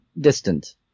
distant